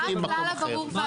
מה הכלל הברור והפשוט?